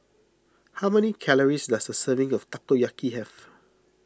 how many calories does a serving of Takoyaki have